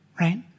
right